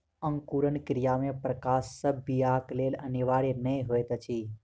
अंकुरण क्रिया मे प्रकाश सभ बीयाक लेल अनिवार्य नै होइत अछि